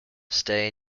stay